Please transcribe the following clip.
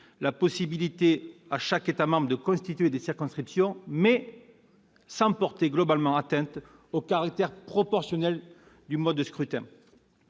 la possibilité à chaque État membre de constituer des circonscriptions, mais sans porter globalement atteinte au caractère proportionnel du mode de scrutin.